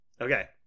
Okay